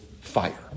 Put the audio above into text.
fire